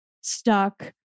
stuck